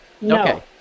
No